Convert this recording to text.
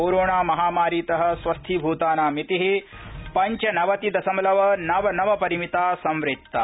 corona महामारीत स्वस्थीभूतानां मिति पञ्चनवति दशमलव नव नव परिमिता संवृत्ता